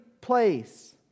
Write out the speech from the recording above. place